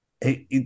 hey